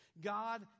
God